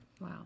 Wow